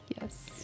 Yes